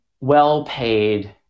well-paid